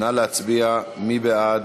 נא להצביע, מי בעד?